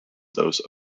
those